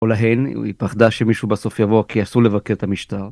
או להן היא פחדה שמישהו בסוף יבוא כי אסור לבקר את המשטר.